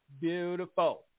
beautiful